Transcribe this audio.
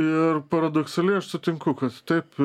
ir paradoksaliai aš sutinku kad taip